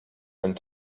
and